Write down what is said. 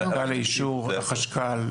היא מחכה לאישור החשכ"ל,